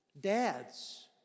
Dads